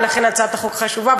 ולכן הצעת החוק חשובה.